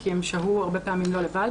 כי הם שהו הרבה פעמים לא לבד